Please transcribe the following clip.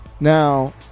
Now